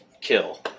kill